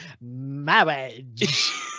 marriage